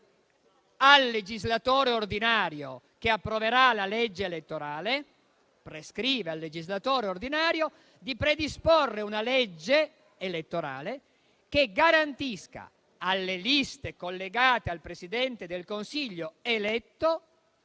al legislatore ordinario, che approverà la legge elettorale, di predisporre una legge elettorale che garantisca alle liste collegate al Presidente del Consiglio eletto